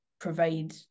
provide